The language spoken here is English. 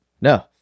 no